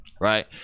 right